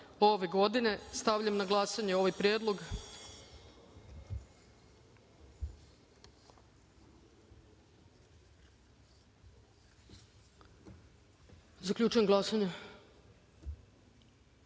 ove godine. Stavljam na glasanje ovaj predlog. Zaključujem glasanje: